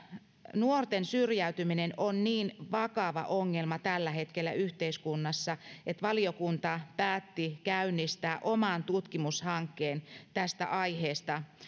nuorten syrjäytyminen on niin vakava ongelma tällä hetkellä yhteiskunnassa että valiokunta päätti käynnistää oman tutkimushankkeen tästä aiheesta